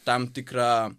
tam tikrą